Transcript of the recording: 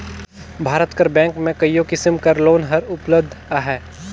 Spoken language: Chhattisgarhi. भारत कर बेंक में कइयो किसिम कर लोन हर उपलब्ध अहे